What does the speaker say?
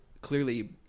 clearly